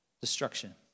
destruction